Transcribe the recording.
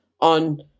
on